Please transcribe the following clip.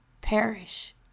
perish